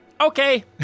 Okay